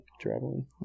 traveling